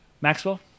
Maxwell